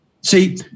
see